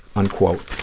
unquote,